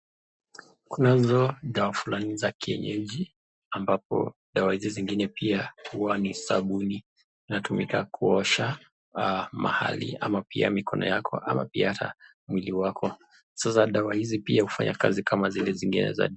Kunazo dawa fulani za kienyeji ambapo dawa hizo zingine pia ua ni sabuni. Inatumika kuosha mahali ama pia mikono yako ama pia hata mwili yako. Sasa dawa hizi pia hufanya kazi kama zile zingine za